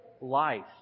life